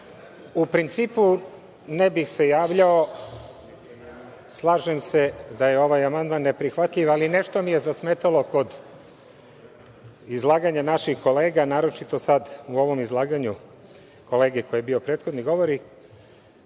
U principu ne bih se javljao. Slažem se da je ovaj amandman neprihvatljiv, ali nešto mi je zasmetalo kod izlaganja naših kolega, naročito u ovom izlaganju prethodnog govornika.